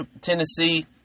Tennessee